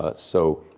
but so